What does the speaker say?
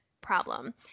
problem